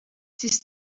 siis